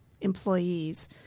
employees